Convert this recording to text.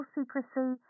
Secrecy